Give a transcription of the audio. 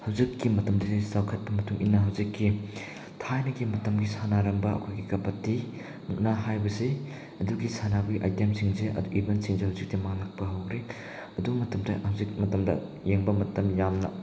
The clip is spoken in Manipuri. ꯍꯧꯖꯤꯛꯀꯤ ꯃꯇꯝꯗꯗꯤ ꯆꯥꯎꯈꯠꯄ ꯃꯇꯨꯡꯏꯟꯅ ꯍꯧꯖꯤꯛꯀꯤ ꯊꯥꯏꯅꯒꯤ ꯃꯇꯝꯒꯤ ꯁꯥꯟꯅꯔꯝꯕ ꯑꯩꯈꯣꯏꯒꯤ ꯀꯕꯗꯤ ꯃꯨꯛꯅꯥ ꯍꯥꯏꯕꯁꯤ ꯑꯗꯨꯒꯤ ꯁꯥꯟꯅꯕꯒꯤ ꯑꯥꯏꯇꯦꯝꯁꯤꯡꯁꯤ ꯏꯚꯦꯟꯁꯤꯡꯁꯤ ꯍꯧꯖꯤꯛꯇꯤ ꯃꯥꯡꯉꯛꯄ ꯍꯧꯔꯦ ꯑꯗꯨ ꯃꯇꯝꯗ ꯍꯧꯖꯤꯛ ꯃꯇꯝꯗ ꯌꯦꯡꯕ ꯃꯇꯝ ꯌꯥꯝꯅ